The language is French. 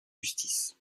justice